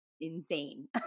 insane